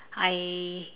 I